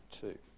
Two